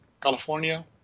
California